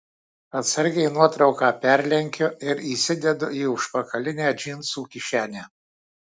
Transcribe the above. atsargiai nuotrauką perlenkiu ir įsidedu į užpakalinę džinsų kišenę